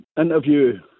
interview